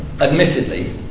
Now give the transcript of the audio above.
admittedly